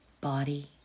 Body